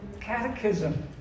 catechism